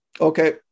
okay